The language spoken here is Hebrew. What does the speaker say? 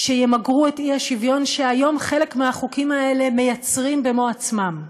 שימגרו את האי-שוויון שהיום חלק מהחוקים האלה מייצרים במו עצמם.